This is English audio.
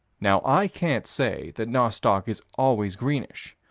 now, i can't say that nostoc is always greenish,